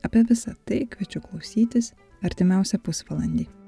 apie visa tai kviečiu klausytis artimiausią pusvalandį